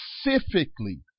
specifically